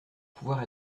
pouvoir